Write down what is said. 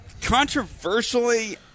controversially